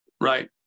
Right